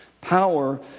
power